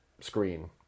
screen